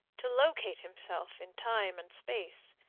to locate himself in time and space.